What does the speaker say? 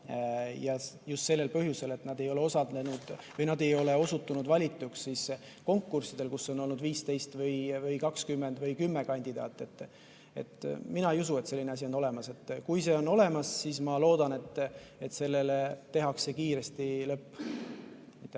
just sellel põhjusel, et nad ei ole osutunud valituks konkurssidel, kus on olnud 15 või 20 või 10 kandidaati. Mina ei usu, et selline asi on olemas. Kui see on olemas, siis ma loodan, et sellele tehakse kiiresti lõpp.